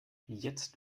jetzt